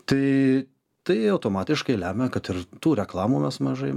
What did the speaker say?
tai tai automatiškai lemia kad ir tų reklamų mes mažai